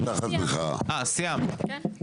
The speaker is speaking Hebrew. סיימתי.